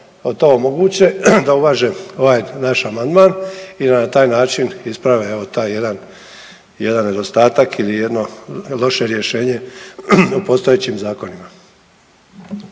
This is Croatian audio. nam to omoguće da uvaže ovaj naš amandman i da na taj način isprave taj jedan nedostatak ili jedno loše rješenje u postojećim zakonima.